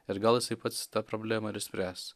ir gal jisai pats tą problemą ir išspręs